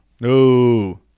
No